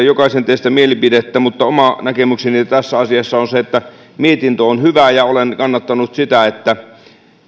jokaisen teistä mielipidettä mutta oma näkemykseni tässä asiassa on se että mietintö on hyvä ja olen kannattanut